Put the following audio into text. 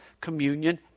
communion